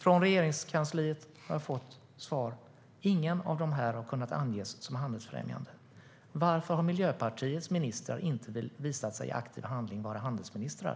Från Regeringskansliet har jag fått svaret att ingen resa har kunnat anges som handelsfrämjande. Varför har inte Miljöpartiets ministrar genom aktiv handling visat sig vara handelsministrar?